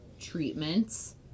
treatments